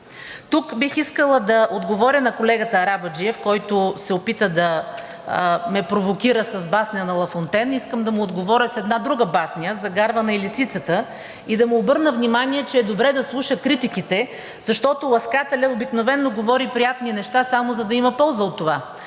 Тук бих искала да отговоря на колегата Арабаджиев, който се опита да ме провокира с басня на Лафонтен. Искам да му отговоря с една друга басня – за гарвана и лисицата, и да му обърна внимание, че е добре да слуша критиките, защото ласкателят обикновено говори приятни неща, само за да има полза от това.